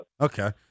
Okay